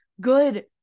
good